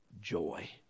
joy